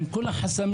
עם כל החסמים,